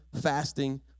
fasting